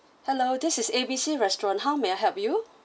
hello this is A B C restaurant how may I help you